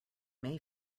may